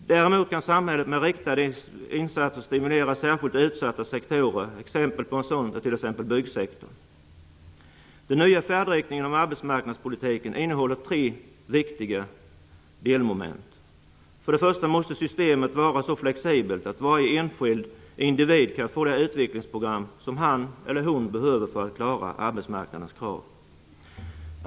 Däremot kan samhället med riktade insatser stimulera särskilt utsatta sektorer. Exempel på en sådan är byggsektorn. Den nya färdriktningen av arbetsmarknadspolitiken innehåller tre viktiga delmoment: För det första måste systemet vara så flexibelt att varje enskild individ kan få det utvecklingsprogram som han eller hon behöver för att klara arbetsmarknadens krav.